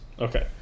Okay